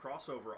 crossover